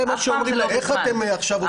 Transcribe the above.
זה מה שאומרים להם איך עכשיו אתם יוצאים לשביתה?